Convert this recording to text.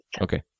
Okay